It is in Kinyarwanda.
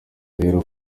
rero